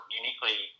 uniquely